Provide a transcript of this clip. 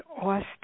Austin